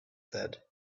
said